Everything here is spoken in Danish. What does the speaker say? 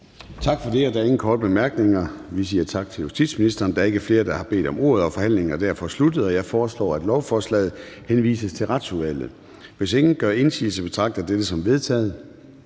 Tak for det. Der er ingen korte bemærkninger. Vi siger tak til justitsministeren. Der er ikke flere, der har bedt om ordet, og forhandlingen er derfor sluttet. Jeg foreslår, at lovforslaget henvises til Retsudvalget. Hvis ingen gør indsigelse, betragter jeg dette som vedtaget.